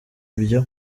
ibyo